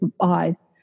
eyes